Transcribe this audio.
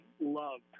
loved